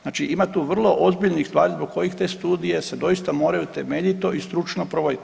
Znači ima tu vrlo ozbiljnih stvari zbog kojih te studije se doista moraju temeljito i stručno provoditi.